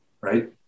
right